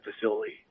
facility